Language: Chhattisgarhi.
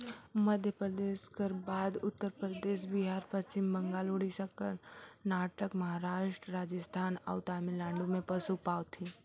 मध्यपरदेस कर बाद उत्तर परदेस, बिहार, पच्छिम बंगाल, उड़ीसा, करनाटक, महारास्ट, राजिस्थान अउ तमिलनाडु में पसु पवाथे